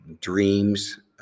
dreams